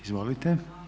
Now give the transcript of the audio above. Izvolite.